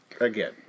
again